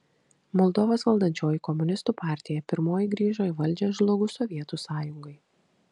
moldovos valdančioji komunistų partija pirmoji grįžo į valdžią žlugus sovietų sąjungai